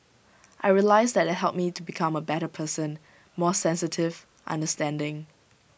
I realised that IT helped me to become A better person more sensitive understanding